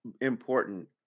important